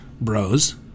bros